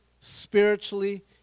spiritually